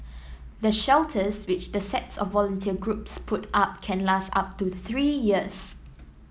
the shelters which the sets of volunteer groups put up can last up to three years